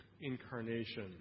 Incarnation